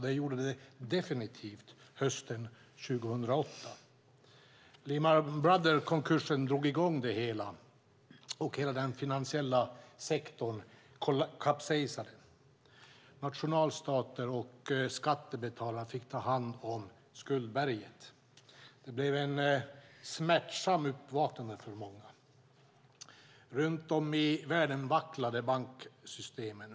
Det gjorde det definitivt hösten 2008. Lehman Brothers-konkursen drog i gång det, och hela den finansiella sektorn kapsejsade. Nationalstater och skattebetalare fick ta hand om skuldberget. Det blev ett smärtsamt uppvaknande för många. Runt om i världen vacklade banksystemen.